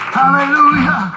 hallelujah